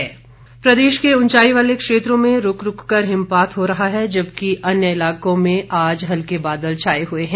मौसम प्रदेश के उंचाई वाले क्षेत्रों में रूक रूक कर हिमपात हो रहा है जबकि अन्य इलाकों में हल्के बादल छाए हुए हैं